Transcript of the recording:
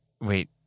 wait